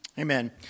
Amen